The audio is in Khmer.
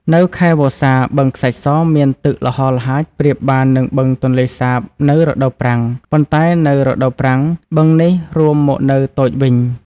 នៅខែវស្សា បឹងខ្សាច់ស មានទឹកល្ហល្ហាចប្រៀបបាននឹងបឹងទន្លេសាបនៅរដូវប្រាំង ប៉ុន្តែនៅរដូវប្រាំង បឹងនេះរួមមកនៅតូចវិញ។